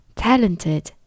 ,talented